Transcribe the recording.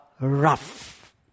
rough